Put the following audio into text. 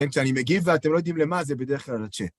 אני מגיב, ואתם לא יודעים למה זה בדרך כלל רצה.